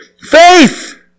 Faith